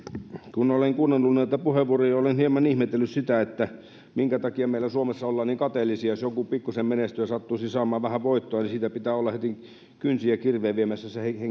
kun olen kuunnellut näitä puheenvuoroja olen hieman ihmetellyt sitä minkä takia meillä suomessa ollaan niin kateellisia jos joku pikkuisen menestyy ja sattuisi saamaan vähän voittoa niin sitä pitää olla heti kynsin ja kirvein viemässä se